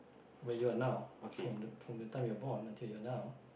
where you are now from the from the time you are born until you're now